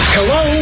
Hello